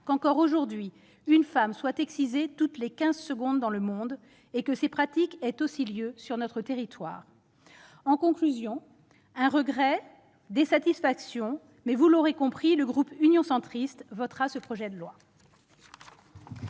qu'encore aujourd'hui une femme soit excisée toutes les quinze secondes dans le monde, et que cette pratique ait aussi lieu sur notre territoire. En conclusion, un regret, des satisfactions, mais vous l'aurez compris, le groupe Union Centriste votera le présent projet de loi.